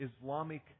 Islamic